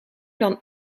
dan